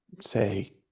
say